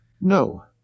No